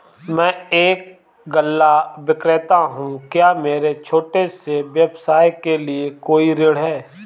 मैं एक गल्ला विक्रेता हूँ क्या मेरे छोटे से व्यवसाय के लिए कोई ऋण है?